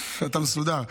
אתה מסודר.